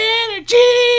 energy